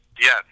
Yes